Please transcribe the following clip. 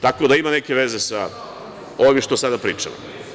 Tako da ima neke veze sa ovim o čemu pričamo.